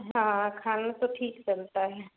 हाँ खाना तो ठीक चलता है